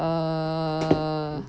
err